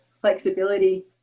flexibility